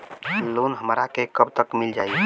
Loan हमरा के कब तक मिल जाई?